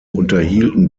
unterhielten